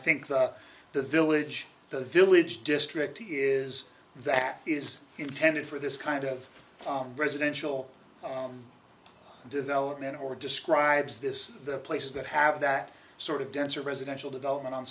think the village the village district here is that is intended for this kind of residential development or describes this the places that have that sort of denser residential development on